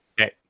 Okay